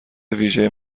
ویژه